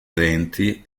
lenti